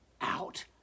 out